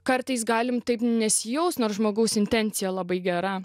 kartais galim taip nesijaust nors žmogaus intencija labai gera